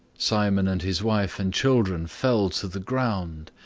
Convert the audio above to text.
simon and his wife and children fell to the ground.